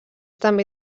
també